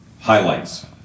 highlights